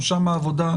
גם שם העבודה,